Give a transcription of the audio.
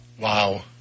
wow